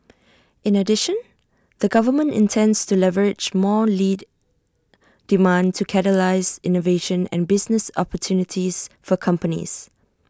in addition the government intends to leverage more lead demand to catalyse innovation and business opportunities for companies